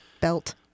Belt